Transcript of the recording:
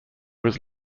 was